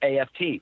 AFT